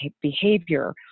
behavior